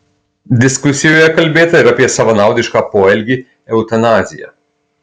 diskusijoje kalbėta ir apie savanaudišką poelgį eutanaziją